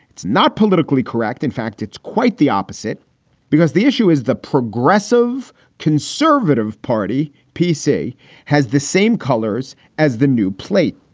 it's not politically correct. in fact, it's quite the opposite because the issue is the progressive conservative party. p c has the same colors as the new plate.